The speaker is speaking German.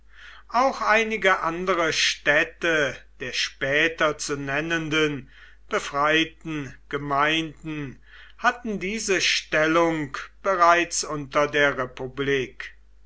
auch einige andere städte der später zu nennenden befreiten gemeinden hatten diese stellung bereits unter der republik